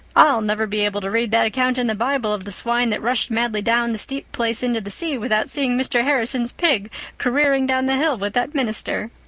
i'll never be able to read that account in the bible of the swine that rushed madly down the steep place into the sea without seeing mr. harrison's pig careering down the hill with that minister.